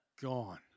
Gone